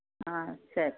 ஆ சரி